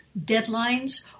deadlines